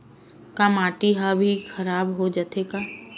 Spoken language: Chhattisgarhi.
का माटी ह भी खराब हो जाथे का?